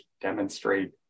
demonstrate